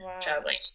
traveling